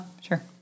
Sure